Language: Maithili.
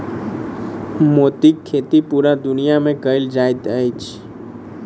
मोतीक खेती पूरा दुनिया मे कयल जाइत अछि